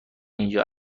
اینجا